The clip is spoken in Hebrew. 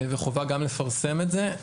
וחובה גם לפרסם את זה.